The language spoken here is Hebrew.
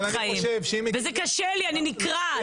אני נקרעת,